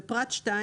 בפרט 2